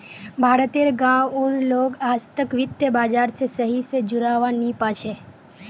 भारत तेर गांव उर लोग आजतक वित्त बाजार से सही से जुड़ा वा नहीं पा छे